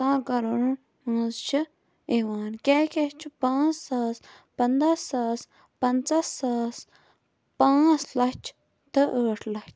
دہ کَرورَن مَنٛز چھِ یِوان کیاہ کیاہ چھُ پَانژھ ساس پَندہ ساس پَنژہ ساس پَانژھ لچھ تہٕ ٲٹھۍ لچھ